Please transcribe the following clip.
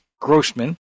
Grossman